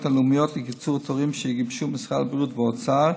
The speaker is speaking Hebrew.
הלאומיות לקיצור תורים שגיבשו משרד הבריאות והאוצר,